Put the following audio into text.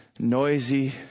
noisy